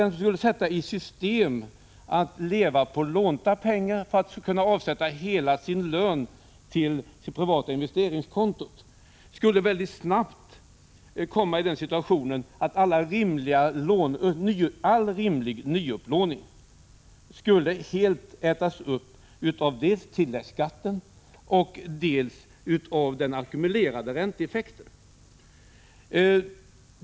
Den som sätter i system att leva på lånade pengar för att kunna avsätta hela sin lön till sitt privata investeringskonto kommer mycket snart i den situationen att all rimlig nyupplåning helt äts upp av dels tilläggsskatten, dels den ackumulerade ränteeffekten.